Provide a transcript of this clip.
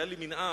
היה לי מנהג